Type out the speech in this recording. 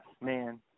man